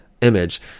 image